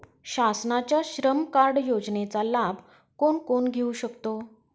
शासनाच्या श्रम कार्ड योजनेचा लाभ कोण कोण घेऊ शकतो?